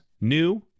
new